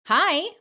Hi